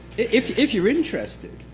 if if you're interested,